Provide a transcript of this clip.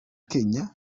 kenya